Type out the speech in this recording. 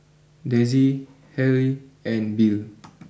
Dezzie Halle and Bill